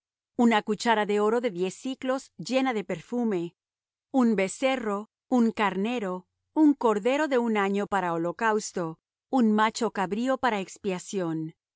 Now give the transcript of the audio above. una cuchara de oro de diez siclos llena de perfume un becerro un carnero un cordero de un año para holocausto un macho cabrío para expiación